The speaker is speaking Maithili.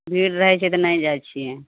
भीड़ रहय छै तऽ नहि जाइ छियै